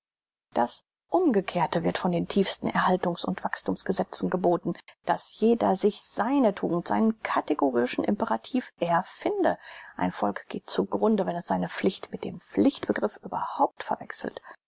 das umgekehrte wird von den tiefsten erhaltungs und wachsthumsgesetzen geboten daß jeder sich seine tugend seinen kategorischen imperativ erfinde ein volk geht zu grunde wenn es seine pflicht mit dem pflichtbegriff überhaupt verwechselt